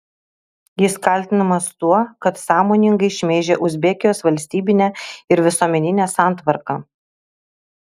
jis kaltinamas tuo kad sąmoningai šmeižė uzbekijos valstybinę ir visuomeninę santvarką